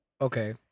Okay